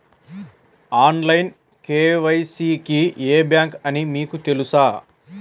Online KYC కి ఏ bank అని మీకు తెలుసా?